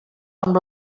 amb